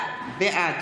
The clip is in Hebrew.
בעד